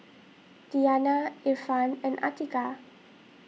Diyana Irfan and Atiqah